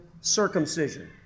circumcision